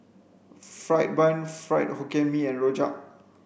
fried bun fried hokkien mee and rojak